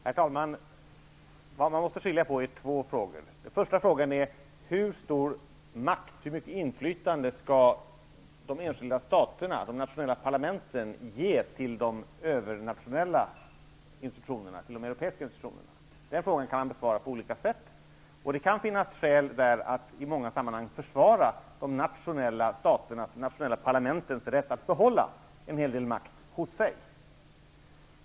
Herr talman! Vad man måste skilja på är två frågor. Den första frågan är: Hur stor makt, hur mycket inflytande, skall de enskilda staterna, de nationella parlamenten, ge de övernationella, europeiska, institutionerna? Den frågan kan besvaras på olika sätt. I många sammanhang kan det finnas skäl att försvara de nationella parlamentens rätt att behålla en hel del makt hos sig.